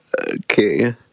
Okay